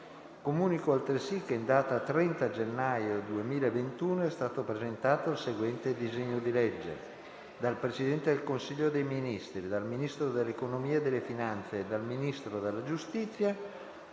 (CONI)» (2077). In data 30 gennaio 2021 è stato presentato il seguente disegno di legge: dal Presidente del Consiglio dei ministri, dal Ministro dell’economia e delle finanze e dal Ministro della giustizia: